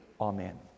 Amen